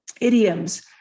idioms